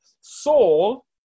Saul